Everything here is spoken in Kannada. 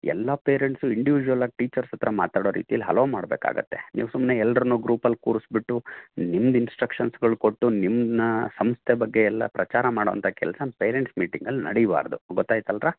ಎಲ್ಲ ಪೇರೆಂಟ್ಸು ಇಂಡಿವಿಶ್ಯುವಲ್ ಆಗಿ ಟೀಚರ್ಸ್ ಹತ್ರ ಮಾತಾಡೊ ರೀತಿಲ್ಲಿ ಹಲೋ ಮಾಡಬೇಕಾಗುತ್ತೆ ನೀವು ಸುಮ್ನೆ ಎಲ್ರನ್ನೂ ಗ್ರೂಪಲ್ಲಿ ಕೂರಿಸಿಬಿಟ್ಟು ನಿಮ್ದು ಇನ್ಸ್ಟ್ರಕ್ಷನ್ಸ್ಗಳು ಕೊಟ್ಟು ನಿಮ್ಮ ಸಂಸ್ಥೆ ಬಗ್ಗೆ ಎಲ್ಲ ಪ್ರಚಾರಾ ಮಾಡೋವಂಥ ಕೆಲಸ ಪೇರೆಂಟ್ಸ್ ಮೀಟಿಂಗಲ್ಲಿ ನಡೆಬಾರದು ಗೊತ್ತಾಯ್ತಲ್ರಾ